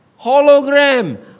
Hologram